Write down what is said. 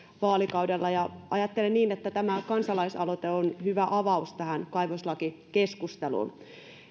vaalikaudella ajattelen niin että tämä kansalaisaloite on hyvä avaus tähän kaivoslakikeskusteluun